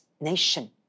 nation